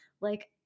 like-